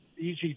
easy